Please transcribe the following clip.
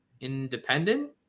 independent